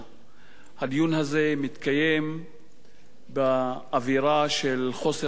הדיון הזה מתקיים באווירה של חוסר הוודאות,